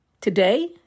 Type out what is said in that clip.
today